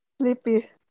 sleepy